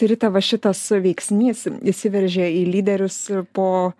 rita va šitas veiksnys įsiveržė į lyderius po